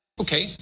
Okay